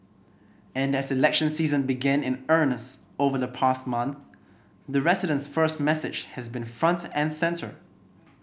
and as election season began in earnest over the past month the residents first message has been front and centre